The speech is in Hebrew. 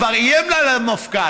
כבר איים על המפכ"ל,